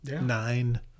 nine